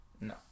no